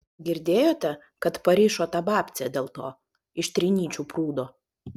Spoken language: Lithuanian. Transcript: girdėjote kad parišo tą babcę dėl to iš trinyčių prūdo